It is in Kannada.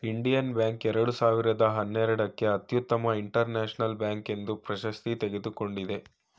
ಇಂಡಿಯನ್ ಬ್ಯಾಂಕ್ ಎರಡು ಸಾವಿರದ ಹನ್ನೆರಡಕ್ಕೆ ಅತ್ಯುತ್ತಮ ಇಂಟರ್ನ್ಯಾಷನಲ್ ಬ್ಯಾಂಕ್ ಪ್ರಶಸ್ತಿ ತಗೊಂಡಿದೆ